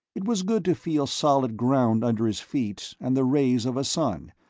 it was good to feel solid ground under his feet and the rays of a sun,